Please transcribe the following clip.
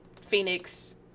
Phoenix